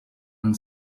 and